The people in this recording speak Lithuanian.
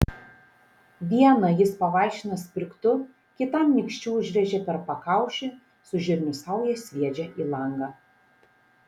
vieną jis pavaišina sprigtu kitam nykščiu užrėžia per pakaušį su žirnių sauja sviedžia į langą